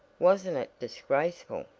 wasn't it disgraceful?